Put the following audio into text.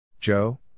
Joe